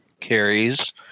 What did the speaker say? carries